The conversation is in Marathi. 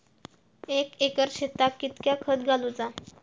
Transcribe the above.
एक एकर शेताक कीतक्या खत घालूचा?